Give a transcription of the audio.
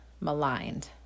maligned